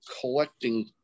collecting